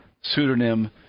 pseudonym